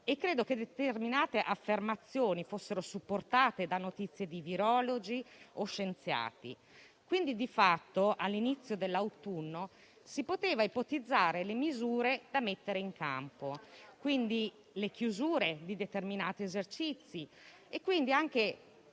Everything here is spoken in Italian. Credo che determinate affermazioni fossero supportate dai dati di virologi o scienziati. Quindi di fatto, all'inizio dell'autunno, si potevano ipotizzare le misure da mettere in campo, come le chiusure di determinati esercizi, e quindi anche